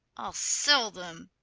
i'll sell them!